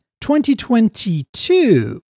2022